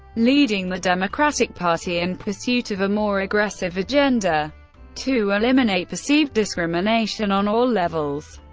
leading the democratic party in pursuit of a more aggressive agenda to eliminate perceived discrimination on all levels.